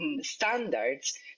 standards